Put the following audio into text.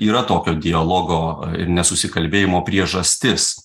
yra tokio dialogo ir nesusikalbėjimo priežastis